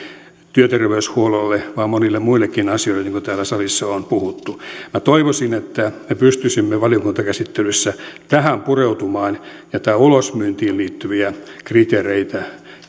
työterveyshuollolle vaan monille muillekin asioille niin kuin täällä salissa on puhuttu toivoisin että me pystyisimme valiokuntakäsittelyssä tähän pureutumaan ja tähän ulosmyyntiin liittyviä kriteereitä